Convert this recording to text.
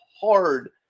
hard